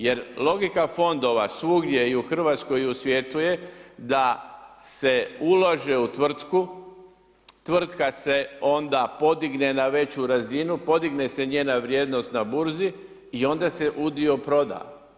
Jer logika fondova svugdje i u Hrvatskoj i u svijetu je da se ulaže u tvrtku, tvrtka se onda podigne na veću razinu, podigne se njena vrijednost na burzi i onda se udio proda.